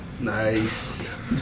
Nice